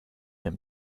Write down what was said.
him